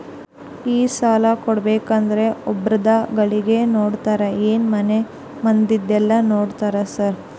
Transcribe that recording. ಈ ಸಾಲ ಕೊಡ್ಬೇಕಂದ್ರೆ ಒಬ್ರದ ಗಳಿಕೆ ನೋಡ್ತೇರಾ ಏನ್ ಮನೆ ಮಂದಿದೆಲ್ಲ ನೋಡ್ತೇರಾ ಸಾರ್?